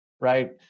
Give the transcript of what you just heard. right